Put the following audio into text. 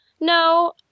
No